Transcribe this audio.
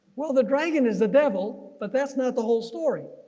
well the dragon is the devil. but that's not the whole story.